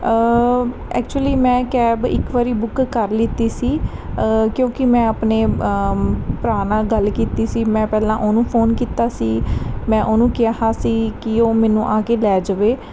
actually ਮੈਂ cab ਇੱਕ ਵਾਰੀ ਬੁੱਕ ਕਰ ਲਿਤੀ ਸੀ ਕਿਉਂਕਿ ਮੈਂ ਆਪਣੇ ਭਰਾ ਨਾਲ ਗੱਲ ਕੀਤੀ ਸੀ ਮੈਂ ਪਹਿਲਾਂ ਉਹਨੂੰ ਫੋਨ ਕੀਤਾ ਸੀ ਮੈਂ ਉਹਨੂੰ ਕਿਹਾ ਸੀ ਕਿ ਉਹ ਮੈਨੂੰ ਆ ਕੇ ਲੈ ਜਾਵੇ